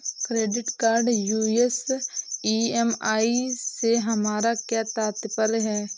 Credit card US EMI से हमारा क्या तात्पर्य है?